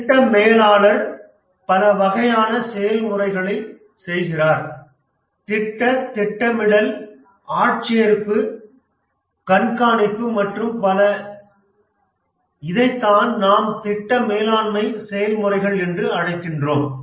திட்ட மேலாளர் பல வகையான செயல்முறைகளைச் செய்கிறார் திட்டத் திட்டமிடல் ஆட்சேர்ப்பு கண்காணிப்பு மற்றும் பல இதைத்தான் நாம் திட்ட மேலாண்மை செயல்முறைகள் என்று அழைக்கிறோம்